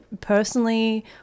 personally